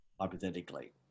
hypothetically